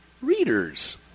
readers